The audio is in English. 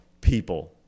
people